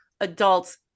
adults